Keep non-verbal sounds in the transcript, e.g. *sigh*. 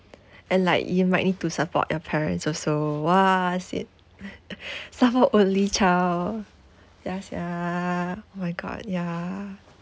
and like you might need to support your parents also !wah! sian *laughs* cause I'm a only child yes ya my god ya